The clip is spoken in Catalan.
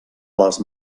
les